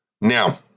Now